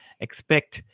expect